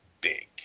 big